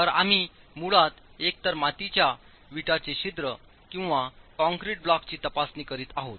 तरआम्ही मुळात एकतर मातीच्या विटाचे छिद्र किंवा काँक्रीट ब्लॉक्सची तपासणी करीत आहोत